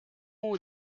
aux